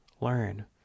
learn